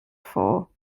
vor